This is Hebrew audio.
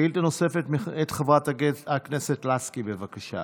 שאילתה נוספת, מאת חברת הכנסת לסקי, בבקשה,